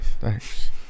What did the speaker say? Thanks